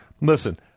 listen